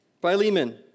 Philemon